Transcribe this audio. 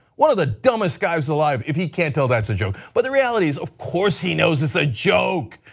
one of the dumbest guys alive, if he can't tell that's a joke. but the reality is of course he knows it is a joke,